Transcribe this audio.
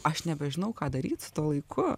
aš nebežinau ką daryt su tuo laiku